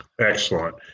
Excellent